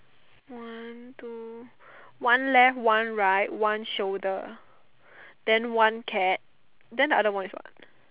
one two one left one right one shoulder then one cat then the other one is what